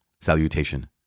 Salutation